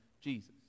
jesus